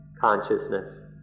consciousness